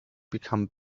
become